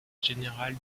général